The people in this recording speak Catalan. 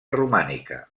romànica